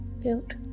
built